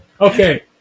Okay